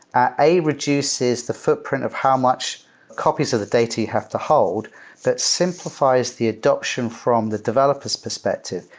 ah a, reduces the footprint of how much copies of the data you have to hold that simplifies the adaption from the developer's perspective,